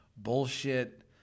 bullshit